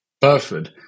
Burford